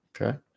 Okay